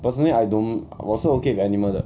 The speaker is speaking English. personally I don't 我是 okay with animal 的